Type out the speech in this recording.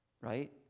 right